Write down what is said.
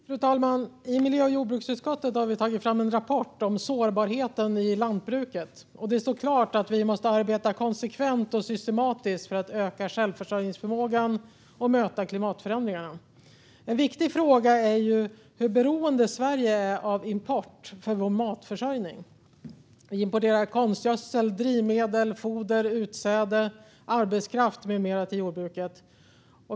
Fru talman! Miljö och jordbruksutskottet har tagit fram en rapport om sårbarheten i lantbruket. Det står klart att vi måste arbeta konsekvent och systematiskt för att öka självförsörjningsförmågan och möta klimatförändringarna. En viktig fråga är hur beroende Sverige är av import för vår matförsörjning. Vi importerar konstgödsel, drivmedel, foder, utsäde, arbetskraft med mera till jordbruket.